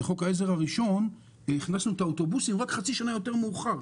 בחוק העזר הראשון הכנסנו את האוטובוסים רק חצי שנה יותר מאוחר,